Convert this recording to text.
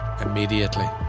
immediately